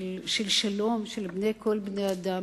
של שלום בין כל בני האדם.